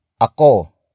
Ako